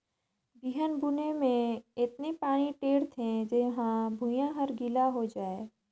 बिहन बुने मे अतनी पानी टेंड़ थें जेम्हा भुइयां हर गिला होए जाये